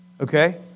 Okay